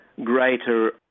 greater